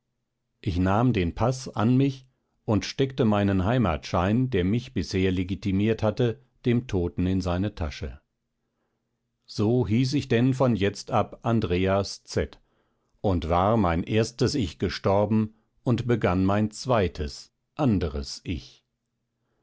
ich nahm den paß an mich und steckte meinen heimatschein der mich bisher legitimiert hatte dem toten in seine tasche so hieß ich denn von jetzt ab andreas z und war mein erstes ich gestorben und begann mein zweites anderes ich